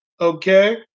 okay